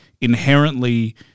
inherently